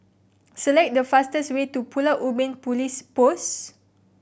select the fastest way to Pulau Ubin Police Post